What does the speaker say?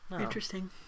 interesting